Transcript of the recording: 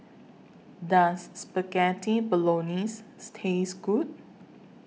Does Spaghetti Bolognese Taste Good